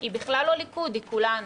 היא בכלל לא ליכוד היא כולנו.